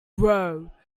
row